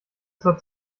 zur